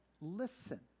listen